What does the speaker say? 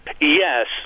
Yes